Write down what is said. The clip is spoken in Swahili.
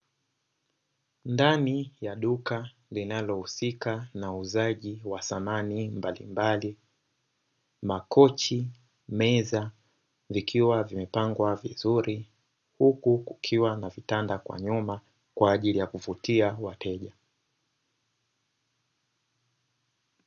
Ndani ya duka linalohusika na uuzaji wa samani mbalimbali makochi, meza vikiwa vimepangwa vizuri huku kukiwa na vitanda kwa nyuma kwa ajili ya kuvutia wateja.